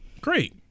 Great